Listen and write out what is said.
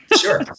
Sure